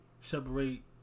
separate